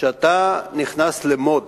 כשאתה נכנס ל-mode